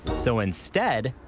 so instead,